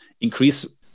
increase